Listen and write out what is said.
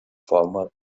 former